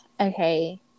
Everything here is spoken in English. Okay